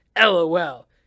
LOL